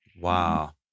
Wow